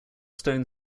stone